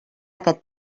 aquest